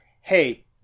hey